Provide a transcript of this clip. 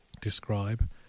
describe